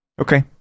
Okay